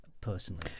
personally